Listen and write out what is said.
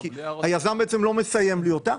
כי היזם לא מסיים לי אותה,